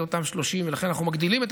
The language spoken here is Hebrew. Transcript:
אל אותם 30 מיליארד שקלים.